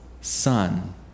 Son